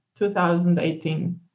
2018